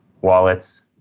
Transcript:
wallets